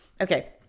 okay